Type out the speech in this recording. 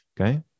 Okay